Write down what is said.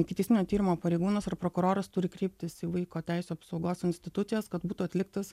ikiteisminio tyrimo pareigūnas ar prokuroras turi kreiptis į vaiko teisių apsaugos institucijas kad būtų atliktas